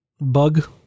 bug